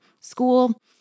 school